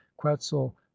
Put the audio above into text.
quetzal